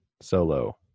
Solo